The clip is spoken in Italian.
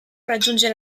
raggiungere